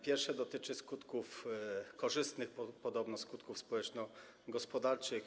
Pierwsze dotyczy skutków, korzystnych podobno skutków społeczno-gospodarczych.